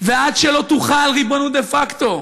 ועד שלא תוחל ריבונות דה-פקטו,